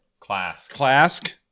Clask